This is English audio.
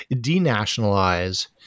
denationalize